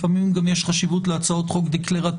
לפעמים גם יש חשיבות להצעות חוק דקלרטיביות,